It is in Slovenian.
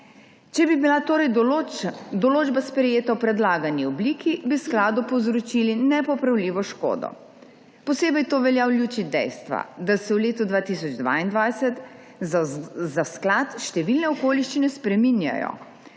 Če bi bila torej določba sprejeta v predlagani obliki, bi skladu povzročilo nepopravljivo škodo. Posebej to velja v luči dejstva, da se v letu 2022 za sklad številne okoliščine spreminjajo.